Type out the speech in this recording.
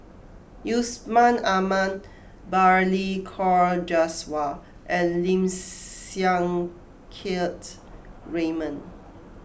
Yusman Aman Balli Kaur Jaswal and Lim Siang Keat Raymond